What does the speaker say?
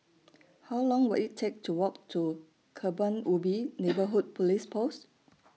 How Long Will IT Take to Walk to Kebun Ubi Neighbourhood Police Post